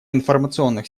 информационных